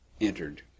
entered